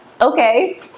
okay